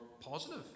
positive